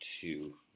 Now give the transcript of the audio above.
two